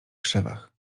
krzewach